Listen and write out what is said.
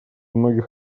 многих